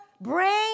brain